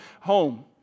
home